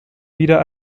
wieder